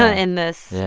ah in this.